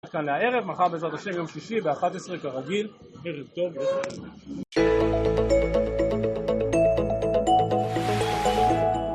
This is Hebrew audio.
עד כאן לערב, מחר בעזרת השם יום שישי, ב-11 כרגיל ערב טוב